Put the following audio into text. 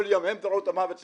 הם ראו את המוות שלהם,